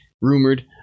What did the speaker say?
rumored